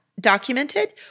documented